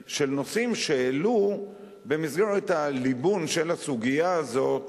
של נושאים שהעלו במסגרת הליבון של הסוגיה הזאת,